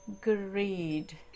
greed